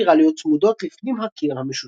ספירליות צמודות לפנים הקיר המשושה.